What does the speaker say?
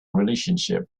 relationship